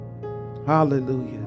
Hallelujah